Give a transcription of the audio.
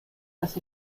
las